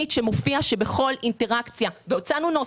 הצענו נוסח,